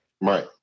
Right